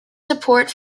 support